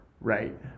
Right